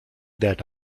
that